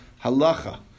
halacha